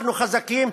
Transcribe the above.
אנחנו חזקים,